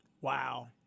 Wow